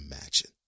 imagine